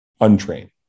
untrained